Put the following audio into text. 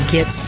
Get